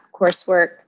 coursework